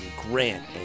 Grant